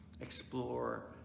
explore